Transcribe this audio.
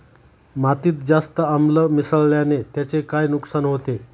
मातीत जास्त आम्ल मिसळण्याने त्याचे काय नुकसान होते?